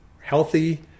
healthy